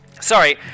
Sorry